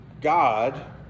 God